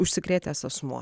užsikrėtęs asmuo